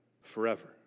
forever